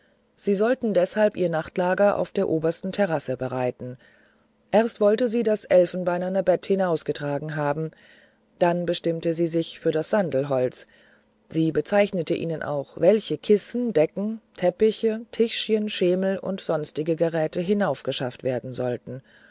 sie sollten deshalb ihr nachtlager auf der obersten terrasse bereiten erst wollte sie das elfenbeinerne bett hinaufgetragen haben dann bestimmte sie sich für das aus sandelholz sie bezeichnete ihnen auch welche kissen decken teppiche tischchen schemel und sonstige geräte hinaufgeschafft werden sollten